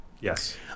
Yes